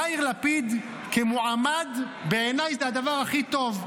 יאיר לפיד כמועמד, בעיניי זה הדבר הכי טוב.